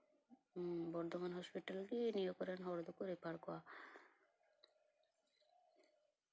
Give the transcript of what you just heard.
Bardhaman hospital ᱜᱮ ᱱᱤᱭᱟᱹ ᱠᱚᱨᱮᱱ ᱦᱚᱲ ᱫᱚᱠᱚ ᱨᱮᱯᱷᱟᱨ ᱠᱚᱣᱟ